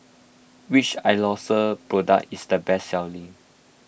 which Isocal product is the best selling